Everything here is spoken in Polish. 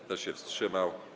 Kto się wstrzymał?